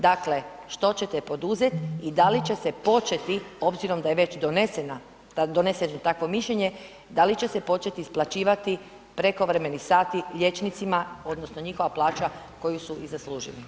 Dakle, što ćete poduzeti i da li će se početi, obzirom da je već donesena, doneseno takvo mišljenje, da li će se početi isplaćivati prekovremeni sati liječnicima odnosno njihova plaća koju su i zaslužili?